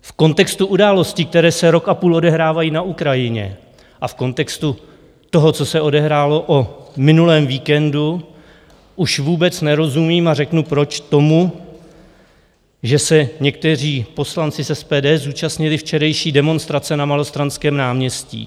V kontextu událostí, které se rok a půl odehrávají na Ukrajině, a v kontextu toho, co se odehrálo o minulém víkendu, už vůbec nerozumím, a řeknu proč, tomu, že se někteří poslanci z SPD zúčastnili včerejší demonstrace na Malostranském náměstí.